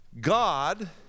God